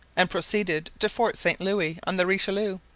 and proceeded to fort saint-louis on the richelieu,